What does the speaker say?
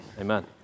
Amen